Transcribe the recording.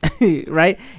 Right